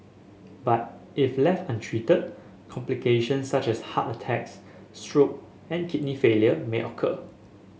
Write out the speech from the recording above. but if left untreated complications such as heart attacks stroke and kidney failure may occur